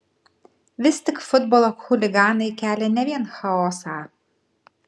vis tik futbolo chuliganai kelia ne vien chaosą